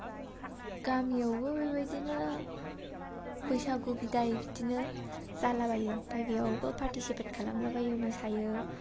गामिआवबो बिदिनो बैसागु बिदाइ बिदिनो जालाबायो आमफ्राय बेयावबो पार्टिसिपेट खालामलाबायो मोसायो